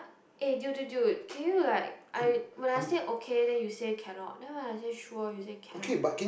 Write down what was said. aye dude dude dude can you like I when I say okay then you say cannot then when I say sure you say cannot